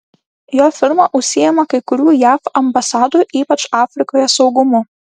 jo firma užsiima kai kurių jav ambasadų ypač afrikoje saugumu